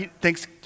thanks